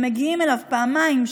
שהם מגיעים אליו פעמיים,